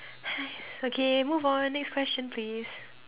!hais! okay move on next question please